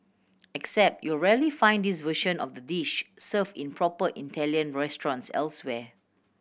except you'll rarely find this version of the dish served in proper Italian restaurants elsewhere